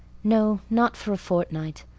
no, not for a fortnight.